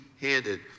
handed